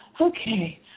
okay